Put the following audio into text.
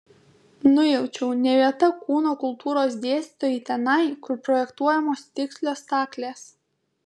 nujaučiau ne vieta kūno kultūros dėstytojai tenai kur projektuojamos tikslios staklės